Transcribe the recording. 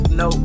no